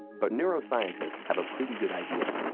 but neuroscientists have a pretty good idea.